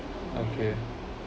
okay